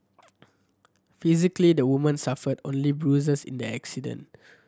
physically the woman suffered only bruises in the accident